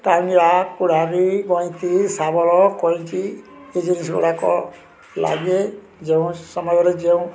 ଟାଙ୍ଗିଆ କୁରାଢ଼ୀ ବଇଁତି ଶାବଳ କଇଁଚି ଏ ଜିନିଷଗୁଡ଼ାକ ଲାଗେ ଯେଉଁ ସମୟରେ ଯେଉଁ